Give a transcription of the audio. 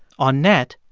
on net,